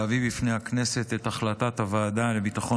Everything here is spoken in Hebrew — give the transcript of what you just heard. להביא בפני הכנסת את החלטת הוועדה לביטחון